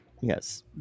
Yes